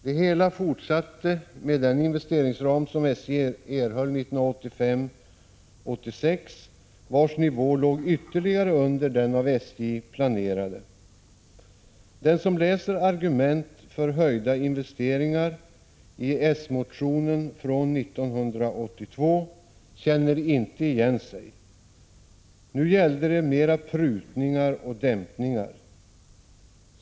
Det hela fortsatte med den investeringsram som SJ erhöll 1985 86:142 och dämpningar.